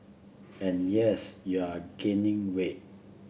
and yes you're gaining weight